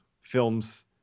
films